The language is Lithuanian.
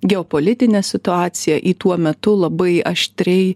geopolitinę situaciją į tuo metu labai aštriai